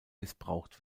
missbraucht